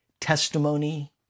testimony